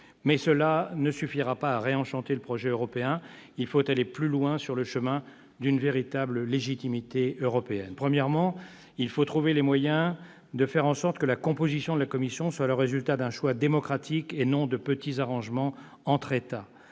mais cela ne suffira pas à réenchanter le projet européen. Il faut aller plus loin sur le chemin d'une véritable légitimité européenne. Tout d'abord, il faut trouver les moyens de faire en sorte que la composition de la Commission résulte d'un choix démocratique et non de petits arrangements entre États.